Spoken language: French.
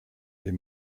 est